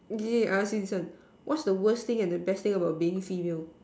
okay I ask you this one what's the worst and best thing about being female